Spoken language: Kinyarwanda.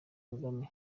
kagame